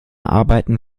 arbeiten